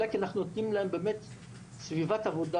אלא כי אנחנו נותנים להם סביבת עבודה